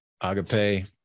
Agape